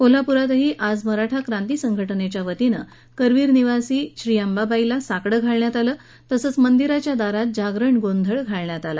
कोल्हापूरातही आज मराठा क्रांती संघटनेच्या वतीनं करवीर निवासी श्री अंबाबाईला साकडं घालण्यात आलं तसंच मंदिराच्या दारात जागरण गोंधळ घालण्यात आला